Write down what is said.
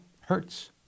hurts